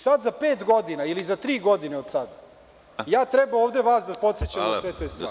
Sada za pet godina, ili za tri godine od sada, ja treba ovde vas da podsećam na sve te stvari.